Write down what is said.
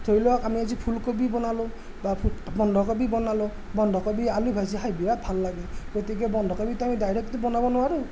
ধৰি লওক আমি আজি ফুলকবি বনালোঁ বা বন্ধাকবি বনালোঁ বন্ধাকবি আলু ভাজি খাই বিৰাট ভাল লাগে গতিকে বন্ধাকবিটো আমি ডাইৰেক্টতো বনাব নোৱাৰোঁ